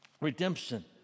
Redemption